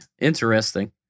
Interesting